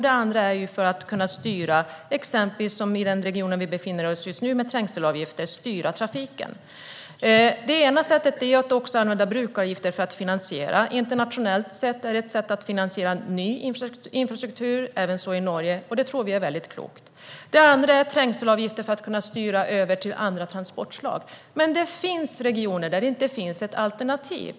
Det andra är att man ser dem som ett sätt att styra trafiken med trängselavgifter, exempelvis som i den region som vi befinner oss i just nu. Det ena sättet är att också använda brukaravgifter för att finansiera. Internationellt är det ett sätt att finansiera ny infrastruktur, till exempel i Norge. Det tror vi är mycket klokt. Det andra sättet är trängselavgifter för att kunna styra över till andra transportslag. Men det finns regioner där man inte har något alternativ.